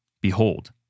behold